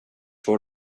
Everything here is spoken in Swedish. får